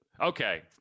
Okay